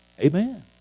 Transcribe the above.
Amen